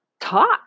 talk